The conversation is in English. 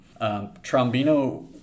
Trombino